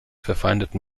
verfeindeten